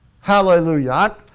Hallelujah